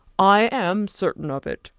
i am certain of it,